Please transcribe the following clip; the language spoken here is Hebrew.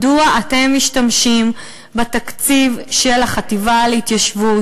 מדוע אתם משתמשים בתקציב של החטיבה להתיישבות